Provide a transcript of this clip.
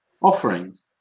offerings